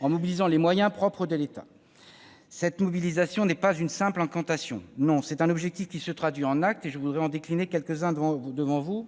en faisant appel aux moyens propres de l'État. Cette mobilisation n'est pas une simple incantation. C'est un objectif qui se traduit en actes. J'en donnerai quelques exemples.